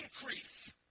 Increase